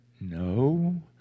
No